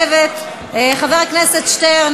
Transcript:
חבר הכנסת שטרן,